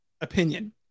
opinion